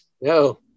No